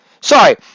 Sorry